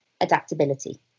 adaptability